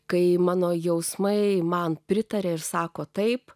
kai mano jausmai man pritaria ir sako taip